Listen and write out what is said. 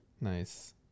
Nice